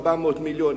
400 מיליון.